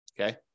Okay